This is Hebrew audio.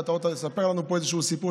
ואתה עוד תספר לנו פה איזשהו סיפור,